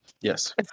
Yes